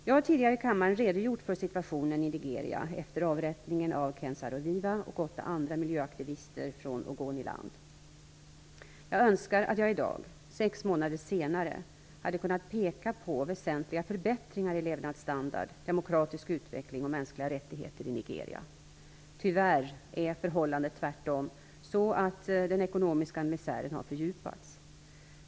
Jag har tidigare i kammaren redogjort för situationen i Nigeria efter avrättningen av Ken Saro-Wiwa och åtta andra miljöaktivister från Ogoniland. Jag önskar att jag i dag, sex månader senare, hade kunnat peka på väsentliga förbättringar i levnadsstandard, demokratisk utveckling och mänskliga rättigheter i Nigeria. Tyvärr är förhållandet tvärtom så att den ekonomiska misären har fördjupats.